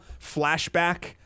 flashback